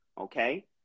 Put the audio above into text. okay